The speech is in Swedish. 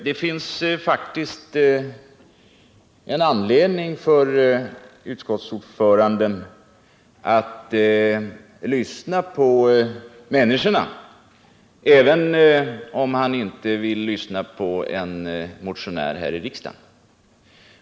Det finns faktiskt en anledning för utskottsordföranden att lyssna på människorna, även om han inte vill lyssna på en motionär här i riksdagen.